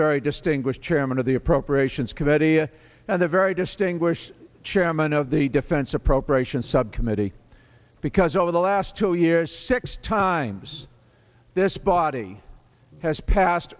very distinguished chairman of the appropriations committee and a very distinguished chairman of the defense appropriations subcommittee because over the last two years six times this body has passed